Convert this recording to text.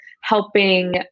helping